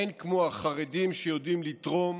אין כמו החרדים שיודעים לתרום,